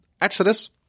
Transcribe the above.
Exodus